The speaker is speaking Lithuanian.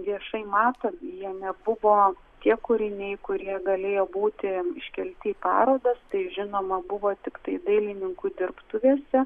viešai matomi jie nebuvo tie kūriniai kurie galėjo būti iškelti į parodas tai žinoma buvo tiktai dailininkų dirbtuvėse